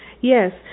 Yes